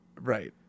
Right